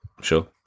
Sure